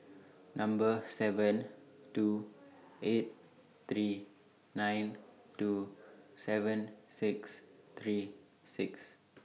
Number seven two eight three nine two seven six three six